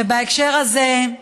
ובהקשר הזה,